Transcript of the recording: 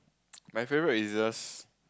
my favorite is just